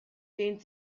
dehnt